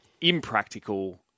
impractical